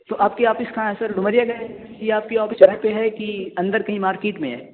تو آپ کی آفس کہاں ہے سر ڈومریا گنج یہ آپ کی آفس سڑک پہ ہے کہ اندر کہیں مارکیٹ میں ہے